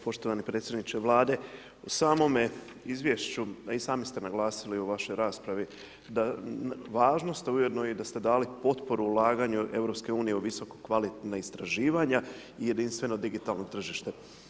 Poštovani predsjedniče Vlade, u samome izvješću a i sami ste naglasili u vašoj raspravi na važnost a ujedno i da ste dali potporu ulaganju EU o visoko kvalitetna istraživanja i jedinstveno digitalno tržište.